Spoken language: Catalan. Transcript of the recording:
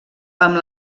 amb